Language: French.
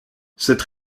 cette